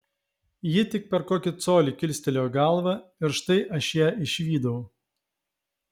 ji tik per kokį colį kilstelėjo galvą ir štai aš ją išvydau